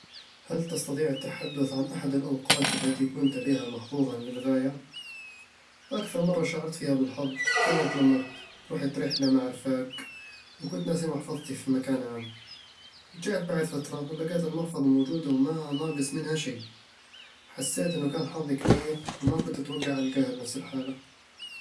هل تستطيع التحدث عن أحد الأوقات التي كنت بها محظوظًا للغاية؟ أكثر مرة شعرت فيها بالحظ كانت لما رحت رحلة مع الرفاق وكنت ناسي محفظتي في مكان عام رجعت بعد فترة ولقيت المحفظة موجودة وما ناقص منها شي حسيت إنه كان حظ كبير وما كنت أتوقع ألقاها بنفس الحالة